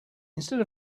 instead